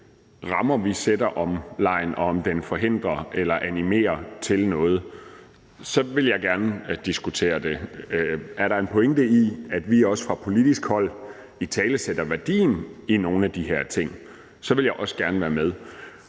rammer vi sætter om legen, og om de forhindrer eller animerer til noget, så vil jeg gerne diskutere det. Er der en pointe i, at vi også fra politisk hold italesætter værdien af nogle af de her ting, så vil jeg også gerne være med.